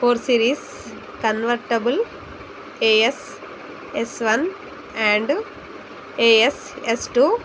four series convertible AS S one and AS S two